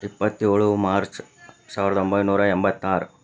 ಇಪ್ಪತ್ತೇಳು ಮಾರ್ಚ್ ಸಾವಿರದ ಒಂಬೈನೂರ ಎಂಬತ್ತಾರು